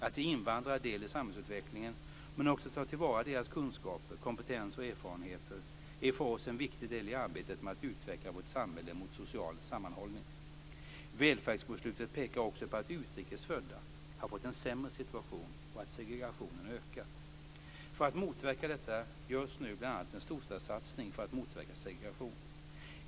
Att ge invandrare del i samhällsutvecklingen, men också ta till vara deras kunskaper, kompetens och erfarenheter är för oss en viktig del i arbetet med att utveckla vårt samhälle mot social sammanhållning. Välfärdsbokslutet pekar också på att utrikes födda har fått en sämre situation och att segregationen ökat. För att motverka detta görs nu bl.a. en storstadssatsning för att motverka segregation.